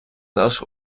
наш